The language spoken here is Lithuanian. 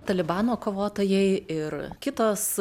talibano kovotojai ir kitos